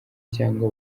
cyangwa